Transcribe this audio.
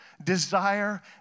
Desire